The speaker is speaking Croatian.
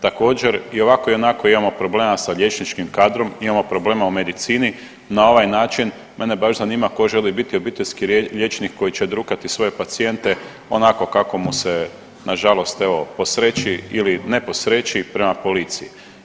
Također, i ovako i onako imamo problema sa liječničkim kadrom, imamo problema u medicini, na ovaj način mene baš zanima tko želi biti obiteljski liječnik koji će drukati svoje pacijente onako kako mu se nažalost evo posreći ili ne posreći prema policiji.